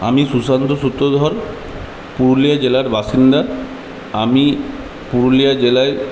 আমি সুশান্ত সূত্রধর পুরুলিয়া জেলার বাসিন্দা আমি পুরুলিয়া জেলায়